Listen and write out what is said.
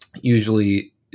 usually